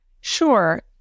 Sure